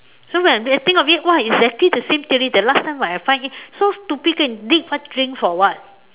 so when I think of it !wah! exactly the same theory that last time when I find it so stupid go and dig what drain for what